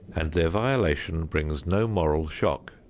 and their violation brings no moral shock.